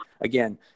again